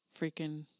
freaking